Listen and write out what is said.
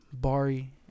Bari